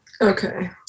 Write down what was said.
Okay